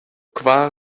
kvar